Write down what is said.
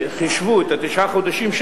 שחישבו את תשעת החודשים,